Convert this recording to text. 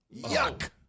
Yuck